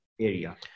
area